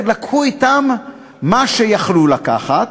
הם לקחו אתם מה שהיו יכולים לקחת.